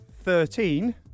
Thirteen